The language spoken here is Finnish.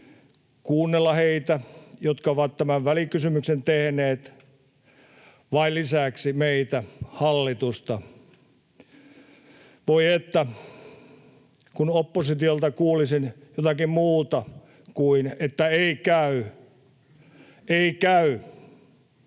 kuunnella heitä, jotka ovat tämän välikysymyksen tehneet, vai lisäksi meitä, hallitusta? Voi että, kun oppositiolta kuulisin jotakin muuta kuin että ”ei käy”. Ei käy,